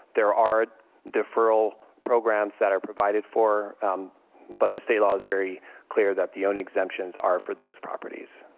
there are deferral programs that are provided for but the state law is very clear that the only exemptions are for those properties.